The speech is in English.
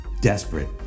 desperate